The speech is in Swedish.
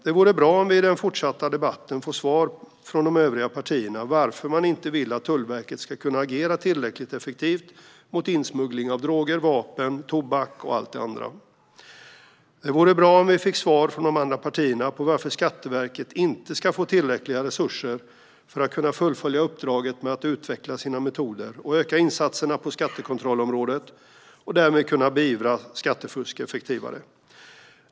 Det vore bra om vi i den fortsatta debatten fick svar från de övriga partierna på varför man inte vill att Tullverket ska kunna agera tillräckligt effektivt mot insmuggling av droger, vapen, tobak och allt det andra. Det vore bra om vi fick svar från de andra partierna på varför Skatteverket inte ska få tillräckliga resurser för att kunna fullfölja uppdraget att utveckla sina metoder och öka insatserna på skattekontrollområdet och därmed kunna beivra skattefusk effektivare.